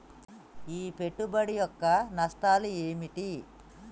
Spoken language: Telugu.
ఈ పెట్టుబడి యొక్క నష్టాలు ఏమిటి?